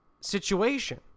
situation